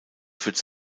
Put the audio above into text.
führt